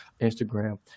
instagram